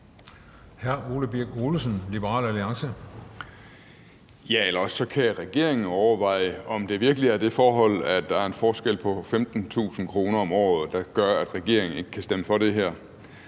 Ja, eller også kan regeringen jo overveje, om det virkelig er det forhold, at der er en forskel på 15.000 kr. om året, der gør, at regeringen ikke kan stemme for det her.